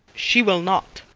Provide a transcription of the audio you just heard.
she will not.